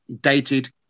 dated